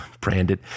branded